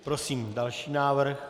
Prosím další návrh.